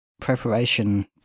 preparation